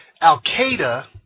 Al-Qaeda